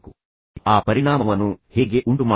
ಈಗ ನೀವು ಆ ಪರಿಣಾಮವನ್ನು ಹೇಗೆ ಉಂಟುಮಾಡುತ್ತೀರಿ